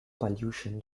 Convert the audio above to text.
pollution